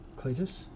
Cletus